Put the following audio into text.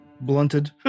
Blunted